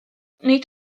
nid